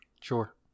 Sure